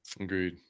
agreed